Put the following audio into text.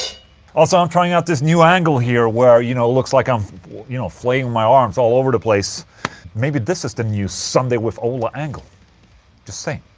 also, i'm trying out this new angle here where you know, looks like i'm you know flailing my arms all over the place maybe this is the new sunday with ola angle just saying.